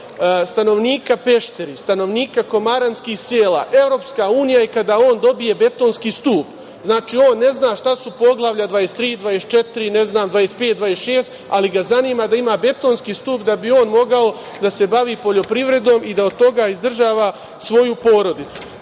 stanovnika Peštera, stanovnika Komaranskih sela, EU je kada on dobije betonski stub. On ne zna šta su Poglavlja 23, 24, 25, 26, ali ga zanima da ima betonski stub da bi mogao da se bavi poljoprivredom i da od toga izdržava svoju porodicu. Takođe,